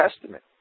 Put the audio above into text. Testament